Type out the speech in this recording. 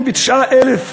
79,000